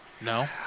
No